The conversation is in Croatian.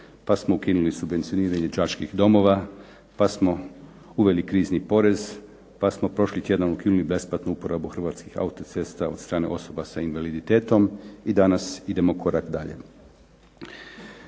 pa smo ukinuli subvencioniranje đačkih domova, pa smo uveli krizni porez, pa smo prošli tjedan ukinuli besplatnu uporabu Hrvatskih autocesta od strane osoba sa invaliditetom i danas idemo korak dalje.